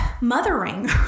mothering